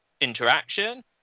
interaction